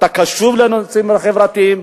אתה קשוב לנושאים החברתיים,